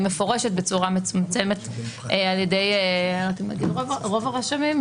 והיא מפורשת בצורה מצומצמת על ידי רוב הרשמים.